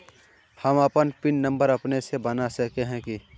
हम अपन pin number अपने से बना सके है की?